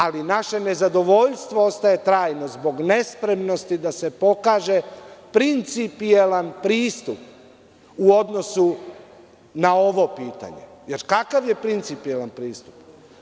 Ali, naše nezadovoljstvo ostaje trajno zbog nespremnosti da se pokaže principijelan pristup u odnosu na ovo pitanje, jer kakav je principijelan pristup.